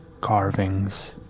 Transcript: carvings